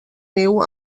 niu